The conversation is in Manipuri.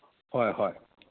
ꯍꯣꯏ ꯍꯣꯏ